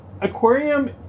aquarium